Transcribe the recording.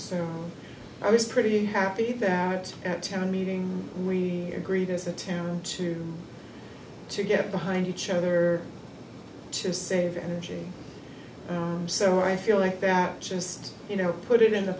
so i was pretty happy that the town meeting we agreed as a town to to get behind each other to save energy and so i feel like that just you know put it in the